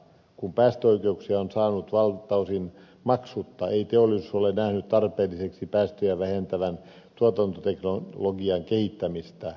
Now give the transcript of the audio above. kun päästöoikeuksia on saanut valtaosin maksutta ei teollisuus ole nähnyt tarpeelliseksi päästöjä vähentävän tuotantoteknologian kehittämistä